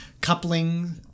coupling